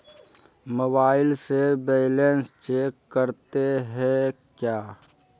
Mobile से balance check करते हैं क्या?